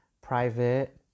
private